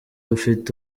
ufite